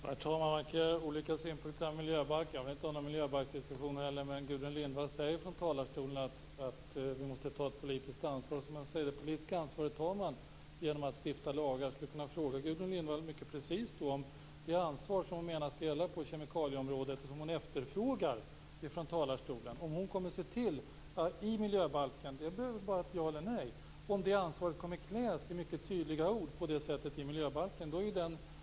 Herr talman! Man kan ha olika synpunkter på miljöbalken. Jag vill inte heller ha någon miljöbalksdiskussion nu, men Gudrun Lindvall säger från talarstolen att vi måste ta ett politiskt ansvar. Det politiska ansvaret tar man ju genom att stifta lagar. Jag skulle då kunna fråga Gudrun Lindvall mycket precist om det ansvar som hon menar skall gälla på kemikalieområdet och som hon efterfrågar från talarstolen, om hon kommer att se till att det ansvaret kommer att kläs i mycket tydliga ord på det sättet i miljöbalken. Det räcker med ett ja eller ett nej.